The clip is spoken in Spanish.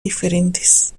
diferentes